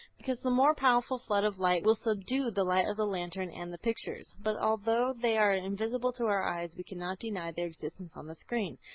because the more powerful flood of light will subdue the light of the lantern and the pictures. but although they are invisible to our eyes we cannot deny their existence on the screen.